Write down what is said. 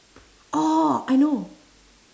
orh I know